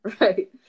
Right